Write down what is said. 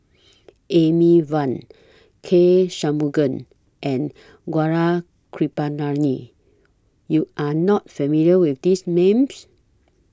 Amy Van K Shanmugam and Gaurav Kripalani YOU Are not familiar with These Names